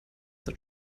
zur